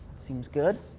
seems good.